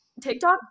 tiktok